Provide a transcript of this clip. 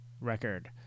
record